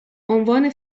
عنوان